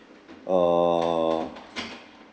err